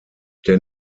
der